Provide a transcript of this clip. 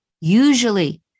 Usually